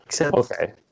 Okay